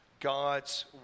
God's